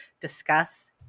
discuss